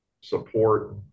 support